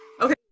Okay